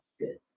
Good